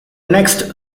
next